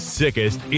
sickest